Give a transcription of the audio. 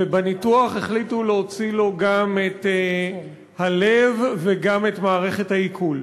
ובניתוח החליטו להוציא לו גם את הלב וגם את מערכת העיכול.